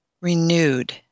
renewed